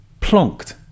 plonked